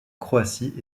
croatie